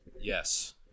Yes